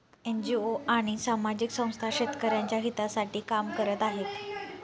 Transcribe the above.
NGO आणि सामाजिक संस्था शेतकऱ्यांच्या हितासाठी काम करत आहेत